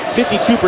52%